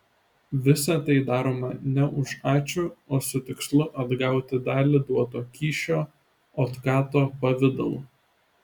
visa tai daroma ne už ačiū o su tikslu atgauti dalį duoto kyšio otkato pavidalu